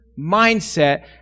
mindset